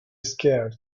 scared